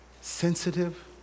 sensitive